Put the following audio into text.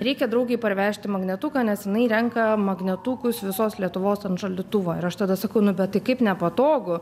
reikia draugei parvežti magnetuką nes jinai renka magnetukus visos lietuvos ant šaldytuvo ir aš tada sakau nu bet tai kaip nepatogu